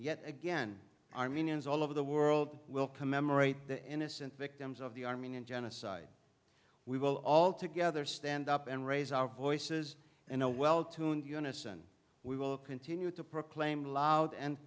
yet again armenians all over the world will commemorate the innocent victims of the armenian genocide we will all together stand up and raise our voices in a well tuned unison we will continue to proclaim loud and